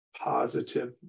positive